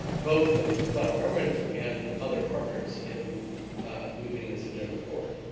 both ah the federal government and other partners in moving this agenda forward.